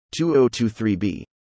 2023b